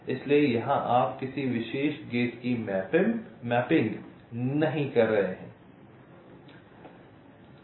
इसलिए यहां आप किसी विशेष गेट की मैपिंग नहीं कर रहे हैं